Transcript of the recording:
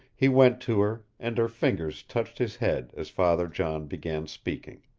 he went to her, and her fingers touched his head as father john began speaking.